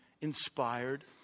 inspired